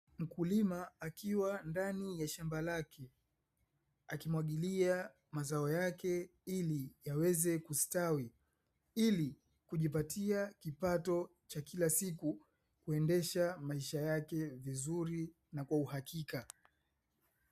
Mkulima akiwa ndani ya shamba lake akimwagilia mazao yake ili yaweze kustawi ili kujipatia kipato cha kila siku kuendesha maisha yake vizuri na kwa uhakika.